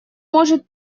может